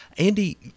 Andy